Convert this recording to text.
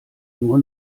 nur